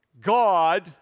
God